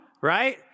right